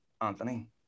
Anthony